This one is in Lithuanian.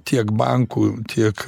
tiek bankų tiek